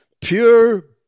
Pure